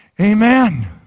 Amen